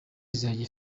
izajya